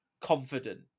confident